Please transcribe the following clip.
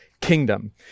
kingdom